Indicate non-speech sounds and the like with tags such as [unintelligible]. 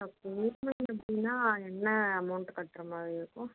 okay இன்ஸ்டால்மென்ட்டில் [unintelligible] என்ன amount கட்டுற மாதிரி இருக்கும்